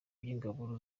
by’ingabo